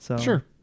Sure